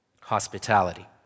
hospitality